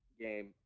game